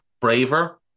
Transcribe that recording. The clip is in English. braver